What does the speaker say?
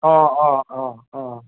अँ अँ अँ अँ